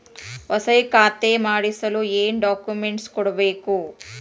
ಹೊಸ ಖಾತೆ ಮಾಡಿಸಲು ಏನು ಡಾಕುಮೆಂಟ್ಸ್ ಕೊಡಬೇಕು?